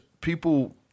people